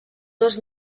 dos